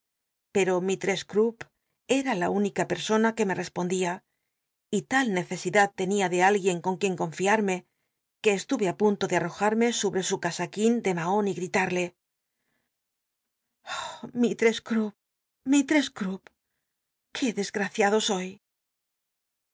pero mislress crupp era la única persona que me respondía y tal necesidad tenia de alguien con quien cónfiarme qne esluye á punto de arrojarme sobre str casaquín rle mahon y gritnrl c ah mistress cl'llpp qué desgraciado soy